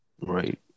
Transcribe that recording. Right